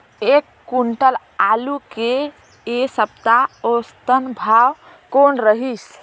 एक क्विंटल आलू के ऐ सप्ता औसतन भाव कौन रहिस?